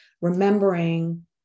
remembering